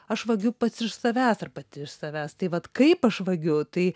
aš vagiu pats iš savęs ar pati iš savęs tai vat kaip aš vagiu tai